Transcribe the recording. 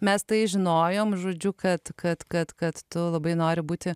mes tai žinojom žodžiu kad kad kad kad tu labai nori būti